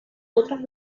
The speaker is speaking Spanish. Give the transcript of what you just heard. otras